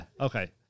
okay